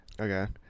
Okay